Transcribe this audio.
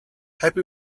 happy